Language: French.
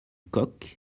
coq